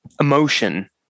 emotion